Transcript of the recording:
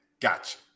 Gotcha